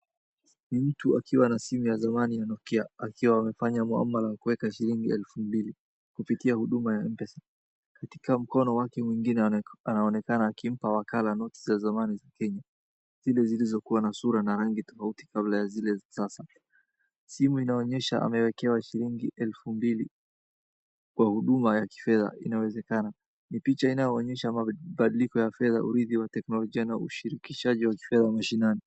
Ni mtu akiwa na simu ya zamani ya Nokia, amefanya malipo ya kuweka shilingi elfu mbili kutumia huduma ya M-Pesa. Katika mkono wake mwingine anaonekana akimpa wakala noti za zamani zile zilizokua na sura na rangi tofauti kabla ya zile za kisasa. Simu inaonyesha amewekewa shilingi elfu mbili kwa huduma ya kifedha. Inawezekana, hii ni picha inayoonesha mabadiliko ya fedha na urithi wa teknolojia na ushirikishwaji wa kifedha mashinani.